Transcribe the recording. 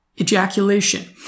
ejaculation